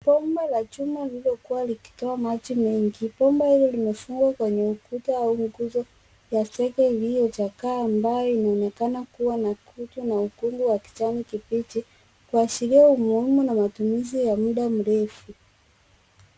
Bomba la chuma lililo kuwa likitoa maji mengi. Bomba limefungua kwenye ukuta au nguzo ya kiasi iliyo chakaa ambayo inaonekana kuwa na kutu ukungu wa kijani kibichi kuashiria umuhimu na matumizi ya muda mrefu.